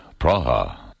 Praha